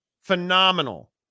phenomenal